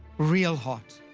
real hot.